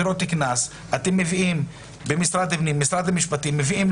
שואלים את משרד הפנים מה המגמות בחקיקת העזר,